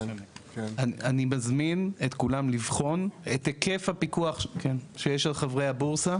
אני מזמין את כולם לבחון את היקף הפיקוח שיש על חברי הבורסה.